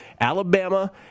Alabama